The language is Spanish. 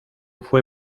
fue